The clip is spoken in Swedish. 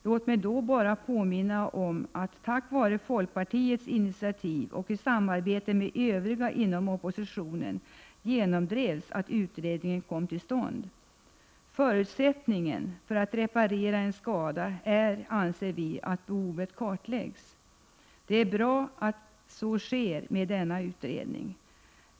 Låt mig då bara påminna om att det var tack vare folkpartiets initiativ, och i samarbete med övriga inom oppositionen, som det genomdrevs att en utredning skulle komma till stånd. Förutsättningen för att reparera en skada är att behovet kartläggs. Det är bra att så sker.